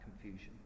confusion